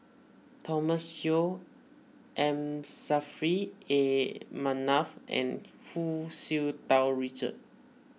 Thomas Yeo M Saffri A Manaf and Hu Tsu Tau Richard